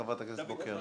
חברת הכנסת בוקר.